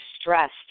Stressed